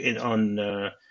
on